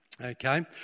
okay